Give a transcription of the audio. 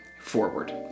forward